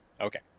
Okay